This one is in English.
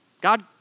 God